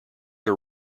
are